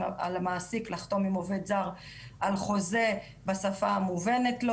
על המעסיק לחתום עם עובד זר על חוזה בשפה המובנת לו,